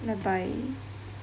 bye bye